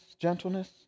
gentleness